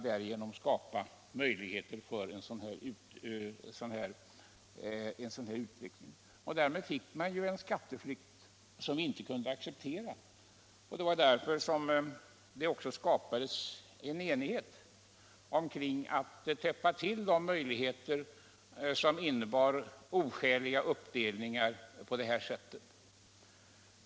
Därmed uppstod en skatteflykt som vi inte kunde acceptera. Det var också därför det rådde enighet om att täppa till dessa möjligheter till oskälig uppdelning.